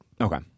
Okay